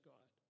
God